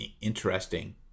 interesting